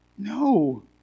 No